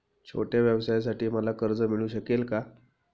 छोट्या व्यवसायासाठी मला कर्ज मिळू शकेल का?